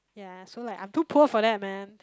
ya so like I'm too poor for that man